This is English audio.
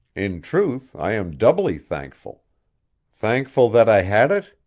in truth i am doubly thankful thankful that i had it,